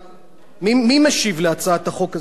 מי משיב על הצעת החוק הזו?